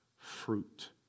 fruit